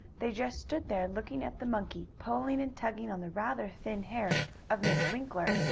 they just stood there, looking at the monkey pulling and tugging on the rather thin hair of miss winkler,